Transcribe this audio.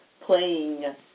playing